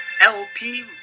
LP